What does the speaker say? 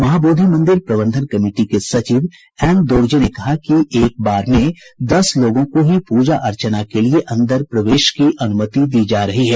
महाबोधि मंदिर प्रबंधन कमिटी के सचिव एन दोरजे ने कहा कि एक बार में दस लोगों को ही पूजा अर्चना के लिए अंदर प्रवेश की अनुमति दी जा रही है